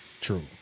True